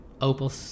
Opal